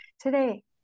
Today